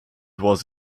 was